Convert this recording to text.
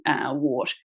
wart